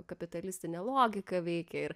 kapitalistinė logika veikia ir